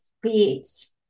creates